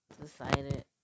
decided